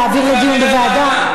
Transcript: להעביר לדיון בוועדה?